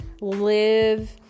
live